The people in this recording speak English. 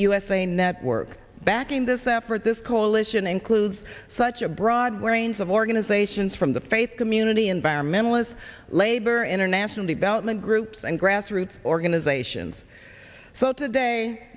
usa network backing this effort this coalition includes such a broad range of organizations from the faith community environmentalists labor international development groups and grassroots organizations so today